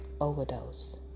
overdose